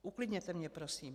Uklidněte mě prosím.